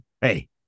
hey